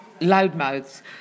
loudmouths